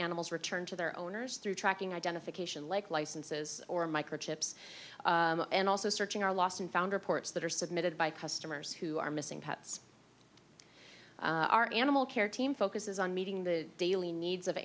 animals returned to their owners through tracking identification like licenses or microchips and also searching our lost and found reports that are submitted by customers who are missing pets our animal care team focuses on meeting the daily needs of